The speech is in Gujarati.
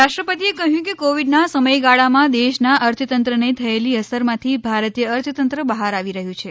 રાષ્ટ્રપતિએ કહ્યું કે કોવિડનાં સમયગાળામાં દેશનાં અર્થતંત્રને થયેલી અસરમાંથી ભારતીય અર્થતંત્ર બહાર આવી રહ્યું છે